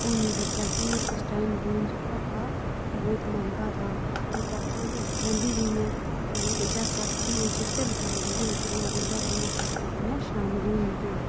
ओह् नेईं लग्गै क्योंकि उस टाईम लून जेह्का हा बहुत मैह्ंगा हा इत आस्तै गांधी जी नै जात्तरा कीती ही ओह् जेह्के बी ग्रां जंदे हे ते लोक उं'दे कन्नै जात्तरा कन्नै शामिल होई जंदे हे